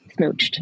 smooched